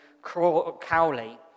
Cowley